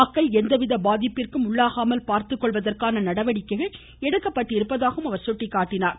மக்கள் எந்தவித பாதிப்பிற்கும் உள்ளாகாமல் பார்த்துக்கொள்வதற்கான நடவடிக்கைகள் எடுக்கப்பட்டிருப்பதாகவும் கூறினார்